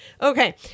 Okay